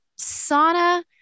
sauna